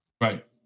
Right